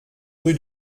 rue